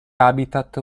habitat